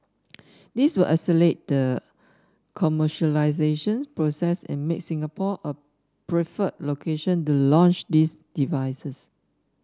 this will accelerate the commercialisation process and make Singapore a preferred location to launch these devices